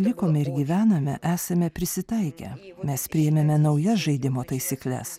likome ir gyvename esame prisitaikę mes priėmėme naujas žaidimo taisykles